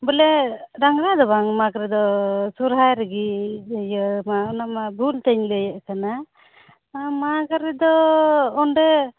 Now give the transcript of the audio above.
ᱵᱚᱞᱮ ᱰᱟᱝᱨᱟ ᱫᱚ ᱵᱟᱝ ᱢᱟᱜᱽ ᱨᱮᱫᱚ ᱥᱚᱨᱦᱟᱭ ᱨᱮᱜᱮ ᱤᱭᱟᱹ ᱢᱟ ᱚᱱᱟ ᱢᱟ ᱵᱷᱩᱞ ᱛᱮᱧ ᱞᱟᱹᱭᱮᱫ ᱠᱟᱱᱟ ᱢᱟᱜᱽ ᱨᱮᱫᱚ ᱚᱸᱰᱮ